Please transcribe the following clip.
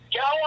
go